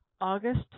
August